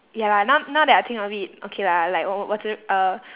ya lah now now that I think of it okay lah like 我我只 uh